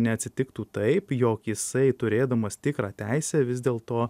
neatsitiktų taip jog jisai turėdamas tikrą teisę vis dėlto